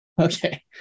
Okay